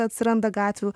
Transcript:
atsiranda gatvių